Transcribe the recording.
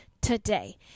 today